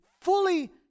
fully